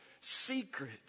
Secret